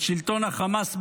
את שלטון החמאס ברצועה,